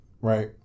Right